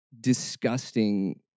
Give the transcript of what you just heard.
disgusting